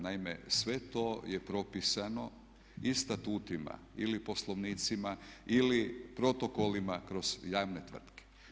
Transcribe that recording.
Naime, sve to je propisano i statutima ili poslovnicima ili protokolima kroz javne tvrtke.